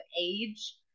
age